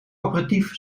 aperitief